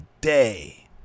day